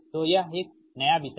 तो यह एक नया विषय है